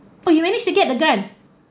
but you managed to get the grant